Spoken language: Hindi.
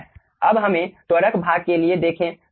ठीक है अब हमें त्वरक भाग के लिए देखें